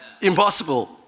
impossible